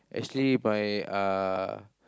actually by uh